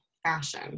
fashion